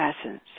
essence